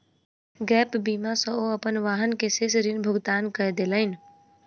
gap बीमा सॅ ओ अपन वाहन के शेष ऋण भुगतान कय देलैन